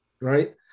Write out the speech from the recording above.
Right